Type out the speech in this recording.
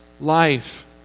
life